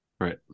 right